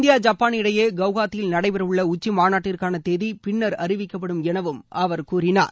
India Japan இடையே கவுகாத்தியில் நடைபெற உள்ள உச்சிமாநாட்டிற்கான தேதி பின்னர் அறிவிக்கப்படும் என அவர் கூறினார்